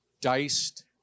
diced